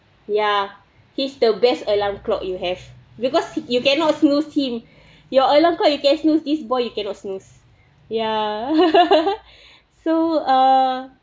ya he's the best alarm clock you have because you cannot snooze him your alarm clock you can snooze this boy you cannot snooze yah so err